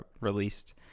released